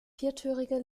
viertürige